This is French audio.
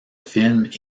films